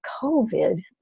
COVID